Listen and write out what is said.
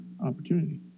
opportunity